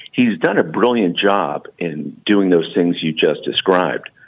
he's done a brilliant job in doing those things you just described.